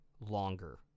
longer